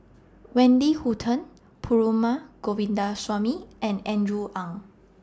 Wendy Hutton Perumal Govindaswamy and Andrew Ang